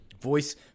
Voice